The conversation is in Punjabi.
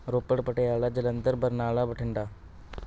ਰੋਪੜ ਪਟਿਆਲਾ ਜਲੰਧਰ ਬਰਨਾਲਾ ਬਠਿੰਡਾ